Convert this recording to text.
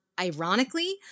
ironically